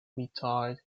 reiterated